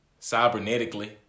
cybernetically